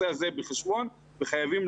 לכן צריך לקחת את הנושא הזה בחשבון וחייבים להפעיל